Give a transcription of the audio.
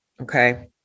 Okay